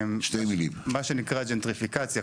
מה שנקרא ג'נטריפיקציה,